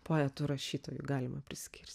poetų rašytojų galima priskir